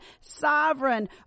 sovereign